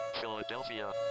Philadelphia